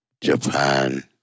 Japan